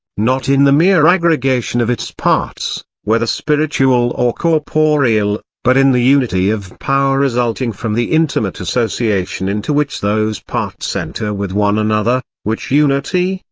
not in the mere aggregation of its parts, whether spiritual or corporeal, but in the unity of power resulting from the intimate association into which those parts enter with one another, which unity,